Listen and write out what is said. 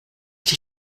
die